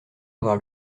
avoir